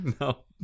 No